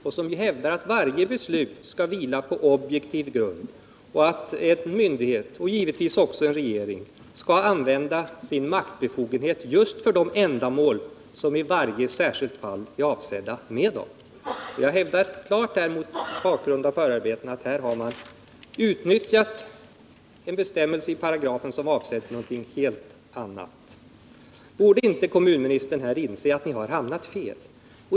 De hävdar att varje beslut skall vila på objektiv grund och att en myndighet — och givetvis också en regering — skall använda sina maktbefogenheter just för de ändamål som de i varje särskilt fall är avsedda för. Jag hävdar, mot bakgrund av förarbetena till kyrkomötesförordningen, att regeringen här har utnyttjat en bestämmelse i 14 § som var avsedd för någonting helt annat. Borde inte kommunministern inse att ni här har handlat fel.